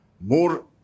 more